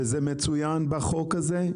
זה מצוין בחוק הזה?